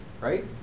right